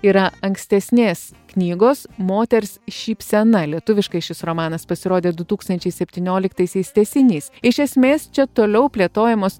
yra ankstesnės knygos moters šypsena lietuviškai šis romanas pasirodė du tūkstančiai septynioliktaisiais tęsinys iš esmės čia toliau plėtojamos